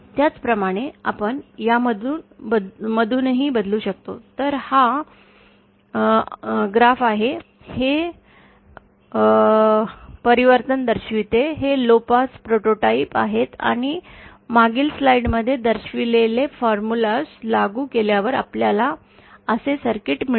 त्याचप्रमाणे आपण यामधूनही बदलू शकतो तर हा आलेख आहे हे परिवर्तन दर्शवते हे लो पास प्रोटोटाइप आहेत आणि मागील स्लाइडमध्ये दर्शविलेले फॉर्म्युला लागू केल्यावर आपल्याला असे सर्किट मिळेल